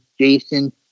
Jason